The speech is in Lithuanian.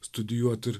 studijuot ir